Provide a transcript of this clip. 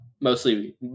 mostly